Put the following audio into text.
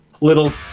little